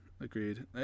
Agreed